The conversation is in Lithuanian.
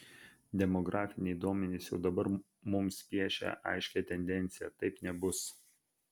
demografiniai duomenys jau dabar mums piešia aiškią tendenciją taip nebus